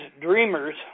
dreamers